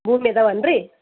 ಭೂಮಿ ಇದಾವೇನ್ರಿ